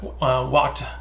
walked